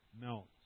melts